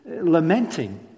lamenting